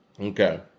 Okay